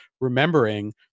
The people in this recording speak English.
remembering